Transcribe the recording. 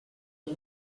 amb